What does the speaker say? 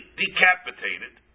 decapitated